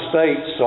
States